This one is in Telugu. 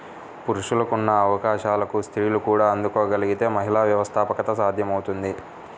పురుషులకున్న అవకాశాలకు స్త్రీలు కూడా అందుకోగలగితే మహిళా వ్యవస్థాపకత సాధ్యమవుతుంది